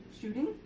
shooting